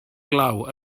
glaw